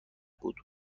بود